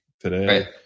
today